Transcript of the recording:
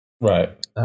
Right